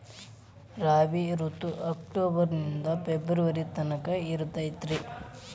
ರಾಬಿ ಋತು ಅಕ್ಟೋಬರ್ ನಿಂದ ಫೆಬ್ರುವರಿ ತನಕ ಇರತೈತ್ರಿ